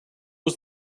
was